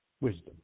wisdom